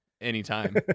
anytime